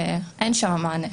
אין שם מענה.